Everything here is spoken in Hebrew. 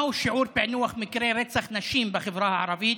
1. מהו שיעור פיענוח מקרי רצח נשים בחברה הערבית